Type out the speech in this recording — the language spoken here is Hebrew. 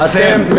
תסיים.